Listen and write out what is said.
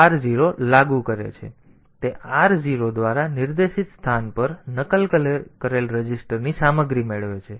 નહિંતર તે r 0 લાગુ કરે છે તેથી તે r0 દ્વારા નિર્દેશિત સ્થાન પર નકલ કરેલ રજિસ્ટરની સામગ્રી મેળવે છે